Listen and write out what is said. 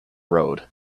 road